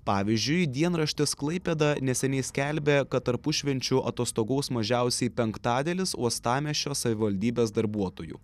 pavyzdžiui dienraštis klaipėda neseniai skelbė kad tarpušvenčiu atostogaus mažiausiai penktadalis uostamiesčio savivaldybės darbuotojų